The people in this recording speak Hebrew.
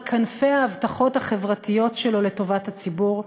כנפי ההבטחות החברתיות שלו לטובת הציבור,